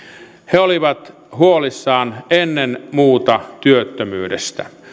he olivat huolissaan ennen muuta työttömyydestä